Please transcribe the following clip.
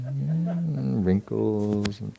wrinkles